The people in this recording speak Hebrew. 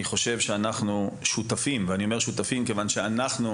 אני חושב שאנחנו שותפי אני אומר שותפים מכיוון שאנחנו,